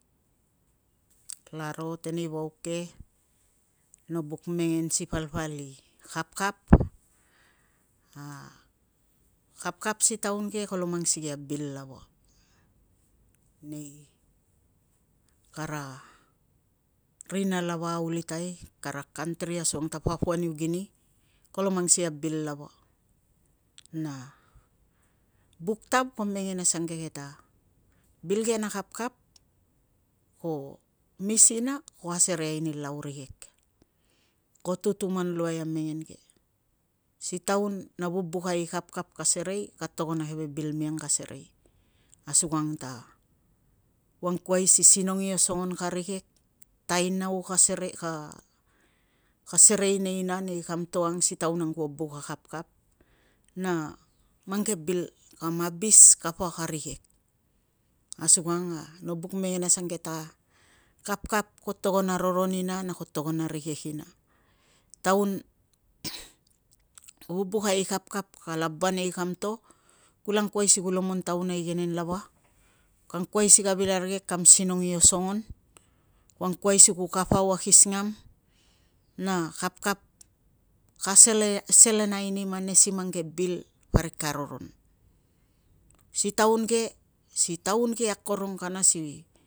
Kalaro teneivauk ke no buk mengen si palpal i kapkap. A kapkap si taun ke kolo mang sikeii a bil lava nei kara rina lava aulitai na kara kauntiri papua niu gini kolo mang sikei a bil lava, na buk tav ko mengen asuange ke ta bil ke na kapkap ko, mis ina ko asereai ani lau rikek. Ko tutuman luai a mengen ke. Si taun a vubukai i kapkap ka serei, ka togon a keve bil miang ka serei, asukang ta ku angkuai si sinong i osongon ka rikek, tainau ka serei, na nei kam to si taun ang kuo buk a kapkap na mang ke bil, kam abis kapa ka rikek, asukang na no buk mengen asange ta kapkap ko togon a roron ina, na ko togon a rikek ina. Taun a vubukai i kapkap ka laba nei kam to, kula angkuai si ku lomon taun a igenen lava, ka angkuai si ka vil arikek kam sinong i osongon, ku angkuai si ku kapau a kisingam na kapkap ka selenai nim ane si mang ke bil parik ka roron. Si taun ke, si taun ke akorong kana si